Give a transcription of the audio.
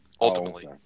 ultimately